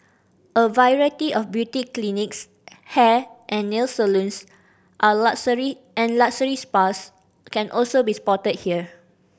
a variety of beauty clinics hair and nail salons and luxury and luxury spas can also be spotted here